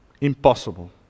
Impossible